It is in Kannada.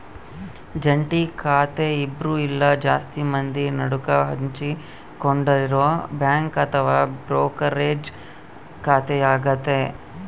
ಜಂಟಿ ಖಾತೆ ಇಬ್ರು ಇಲ್ಲ ಜಾಸ್ತಿ ಮಂದಿ ನಡುಕ ಹಂಚಿಕೊಂಡಿರೊ ಬ್ಯಾಂಕ್ ಅಥವಾ ಬ್ರೋಕರೇಜ್ ಖಾತೆಯಾಗತೆ